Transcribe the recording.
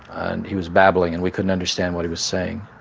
and he was babbling. and we couldn't understand what he was saying.